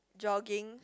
jogging